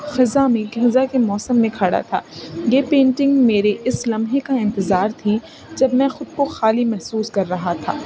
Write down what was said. فضا میں خزاں کے موسم میں کھڑا تھا یہ پینٹنگ میرے اس لمحے کا انتظار تھی جب میں خود کو خالی محسوس کر رہا تھا